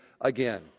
again